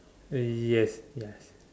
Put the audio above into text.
eh yes yes